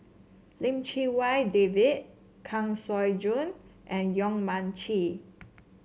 Lim Chee Wai David Kang Siong Joo and Yong Mun Chee